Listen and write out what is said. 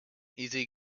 easy